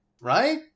right